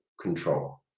control